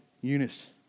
Eunice